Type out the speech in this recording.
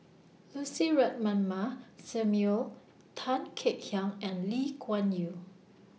Lucy Ratnammah Samuel Tan Kek Hiang and Lee Kuan Yew